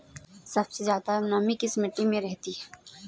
सबसे ज्यादा नमी किस मिट्टी में रहती है?